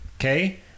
Okay